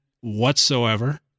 whatsoever